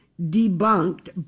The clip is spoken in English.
debunked